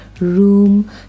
room